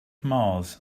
mars